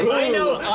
i know? all